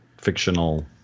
fictional